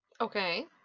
Okay